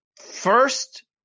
first